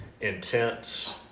intense